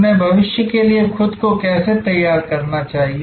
उन्हें भविष्य के लिए खुद को कैसे तैयार करना चाहिए